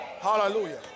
Hallelujah